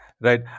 Right